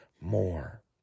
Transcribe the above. more